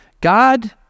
God